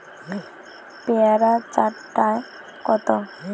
পেয়ারা চার টায় কত?